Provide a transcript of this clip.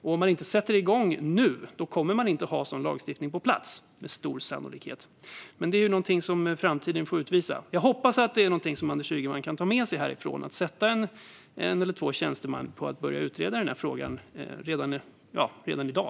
Om man inte sätter igång nu kommer man med stor sannolikhet inte att ha lagstiftning på plats. Men det är någonting som framtiden får utvisa. Jag hoppas att detta är någonting som Anders Ygeman kan ta med sig härifrån, så att han sätter en eller två tjänstemän att börja utreda frågan redan i dag.